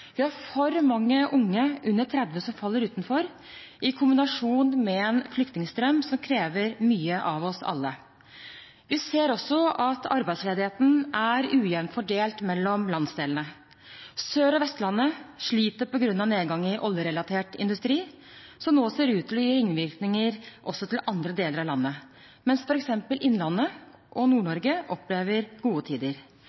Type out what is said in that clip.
vi har for mange unge under 30 år som faller utenfor, kombinert med en flyktningstrøm som krever mye av oss alle. Vi ser også at arbeidsledigheten er ujevnt fordelt mellom landsdelene. Sør- og Vestlandet sliter på grunn av nedgang i oljerelatert industri, som nå ser ut til å gi ringvirkninger også til andre deler av landet, mens f.eks. innlandet og Nord-Norge opplever gode tider.